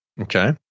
Okay